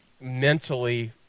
mentally